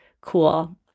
cool